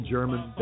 German